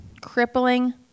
crippling